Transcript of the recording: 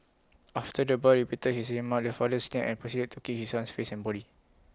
after the boy repeated his remark the father snapped and proceeded to kick his son's face and body